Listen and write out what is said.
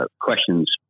questions